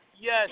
yes